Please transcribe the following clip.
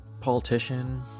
politician